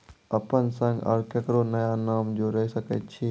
अपन संग आर ककरो नाम जोयर सकैत छी?